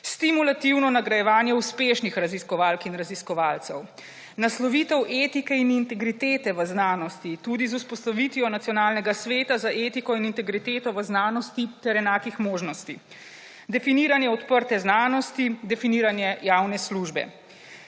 Stimulativno nagrajevanje uspešnih raziskovalk in raziskovalcev, naslovitev etike in integritete v znanosti tudi z vzpostavitvijo nacionalnega sveta za etiko in integriteto v znanosti ter enakih možnosti, definiranje odprte znanosti, definiranje javne službe.